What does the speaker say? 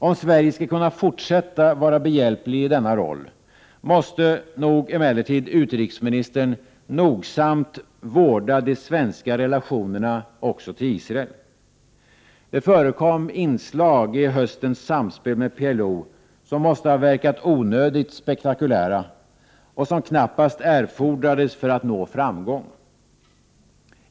Om Sverige skall kunna fortsätta vara behjälplig i denna roll, måste nog emellertid utrikesministern nogsamt vårda de svenska relationerna också till Israel. Det förekom inslag i höstens samspel med PLO som måste ha verkat onödigt spektakulära och som knappast erfordrades för att nå framgång.